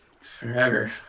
Forever